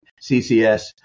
CCS